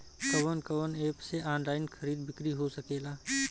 कवन कवन एप से ऑनलाइन खरीद बिक्री हो सकेला?